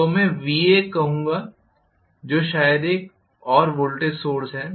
तो मैं Va कहूंगा जो शायद एक और वोल्टेज सोर्स है